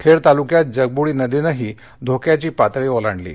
खेड तालुक्यात जगबुडी नदीनंही धोक्याची पातळी ओलांडली आहे